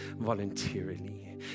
voluntarily